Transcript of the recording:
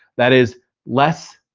that is less,